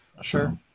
Sure